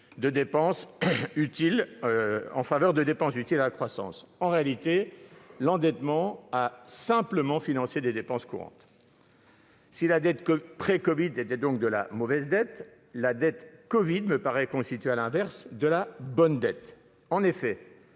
de dépenses utiles à la croissance. En réalité, l'endettement a simplement financé des dépenses courantes. Si la dette pré-covid était donc de la « mauvaise » dette, la dette covid me paraît constituer, à l'inverse, de la « bonne » dette. En effet,